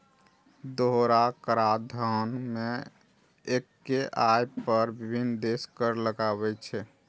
दोहरा कराधान मे एक्के आय पर विभिन्न देश कर लगाबै छै